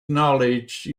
knowledge